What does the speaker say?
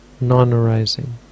non-arising